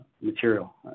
material